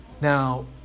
Now